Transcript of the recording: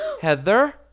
Heather